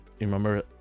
remember